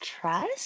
trust